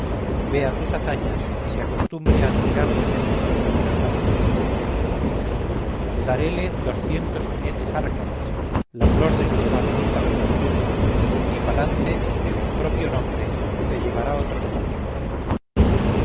vea tus hazañas y se acostumbre a admirarte desde sus primeros años daréle doscientos jinetes árcades la flor de nuestra robusta juventud y palante en su propio nombre te llevará otros tantos